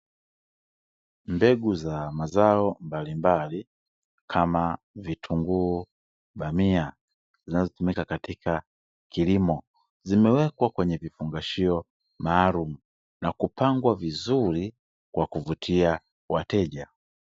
Mbegu za mazao mbalimbali kama: vitunguu, bamia, zinazo tumika katika kilimo zimewekwa kwenye vifungashio maalumu na kupangwa vizuri kwa kuvutia wateja.